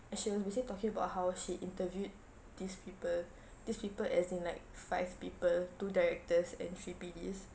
and she was busy talking about how she interviewed these people these people as in like five people two directors and three P_Ds